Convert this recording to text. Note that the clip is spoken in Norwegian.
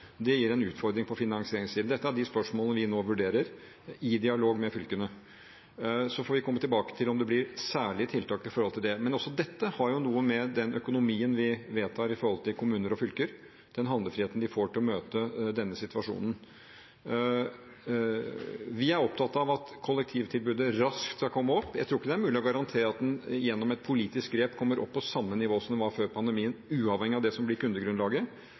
Det gir en utfordring på finansieringssiden. Dette er ett av de spørsmålene vi nå vurderer i dialog med fylkene. Vi får komme tilbake til om det blir særlige tiltak knyttet til det, men også dette har noe å gjøre med den økonomien vi vedtar for kommuner og fylker, og den handlefriheten de får til å møte denne situasjonen. Vi er opptatt av at kollektivtilbudet raskt skal komme opp. Jeg tror ikke det er mulig å garantere at det gjennom et politisk grep kommer opp på samme nivå som det var før pandemien, uavhengig av det som blir kundegrunnlaget,